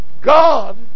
God